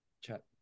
chat